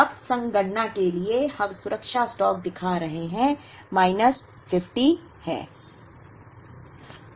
अब संगणना के लिए हम सुरक्षा स्टॉक दिखा रहे हैं माइनस 50 है